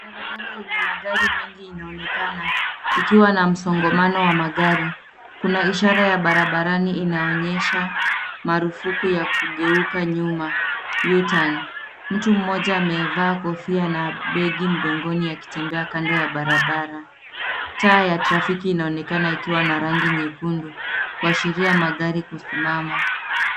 Barabara yenye magari mengi inaonekana, ikiwa na msongamano wa magari. Kuna ishara ya barabarani inaonyesha marufuku ya kugeuka nyuma, U-turn . Mtu mmoja amevaa kofia na begi mgongoni akitembea kando ya barabara. Taa ya trafiki inaonekana ikiwa na rangi nyekundu, kuashiria magari kusimama.